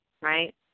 right